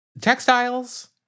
textiles